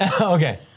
Okay